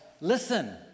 listen